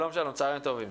שלום, שלום, צוהריים טובים.